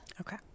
Okay